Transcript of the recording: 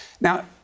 Now